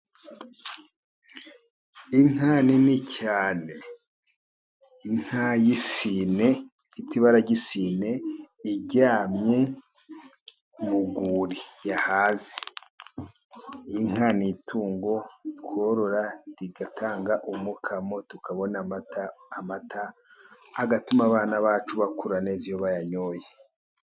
Inka nini cyane, inka y'Isine, ifite ibara ry'isine, iryamye mu rwuri yahaze. Inka ni itungo tworora rigatanga umukamo tukabona amata, amata agatuma abana bacu bakura neza iyo bayanyoye.